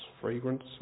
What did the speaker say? fragrance